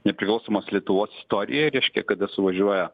nepriklausomos lietuvos istorijoje reiškia kada suvažiuoja